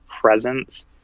presence